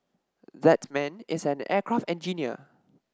that man is an aircraft engineer